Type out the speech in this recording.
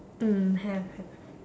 mm have have